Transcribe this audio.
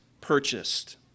purchased